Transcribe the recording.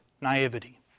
naivety